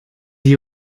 die